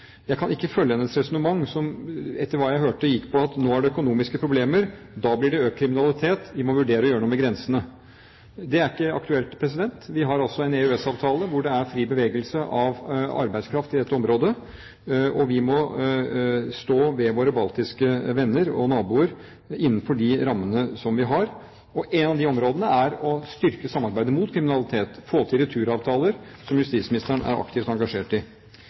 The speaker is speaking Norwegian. Jeg kan ikke følge hennes resonnement, som, etter hva jeg hørte, gikk på at nå er det økonomiske problemer, da blir det økt kriminalitet, vi må vurdere å gjøre noe med grensene. Det er ikke aktuelt. Vi har en EØS-avtale hvor det er fri bevegelse av arbeidskraft i dette området, og vi må stå ved våre baltiske venner og naboer innenfor de rammene vi har. Et av de områdene er å styrke samarbeidet mot kriminalitet – få til returavtaler, som justisministeren er aktivt engasjert i.